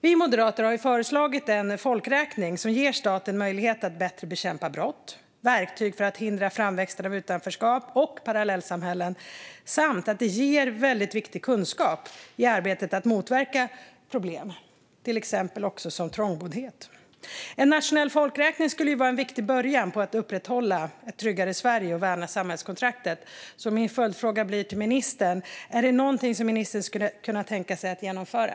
Vi Moderater har föreslagit en folkräkning som ger staten möjlighet att bättre bekämpa brott, verktyg för att hindra framväxten av utanförskap och parallellsamhällen samt viktig kunskap i arbetet med att motverka problem som trångboddhet. En nationell folkräkning skulle vara en viktig början på att upprätta ett tryggare Sverige och värna samhällskontraktet. Min följdfråga till ministern blir därför: Är det någonting som ministern skulle kunna tänka sig att genomföra?